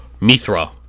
Mithra